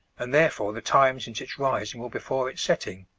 and therefore the time since its rising or before its setting